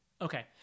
Okay